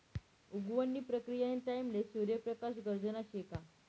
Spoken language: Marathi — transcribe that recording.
उगवण नी प्रक्रीयानी टाईमले सूर्य प्रकाश गरजना शे का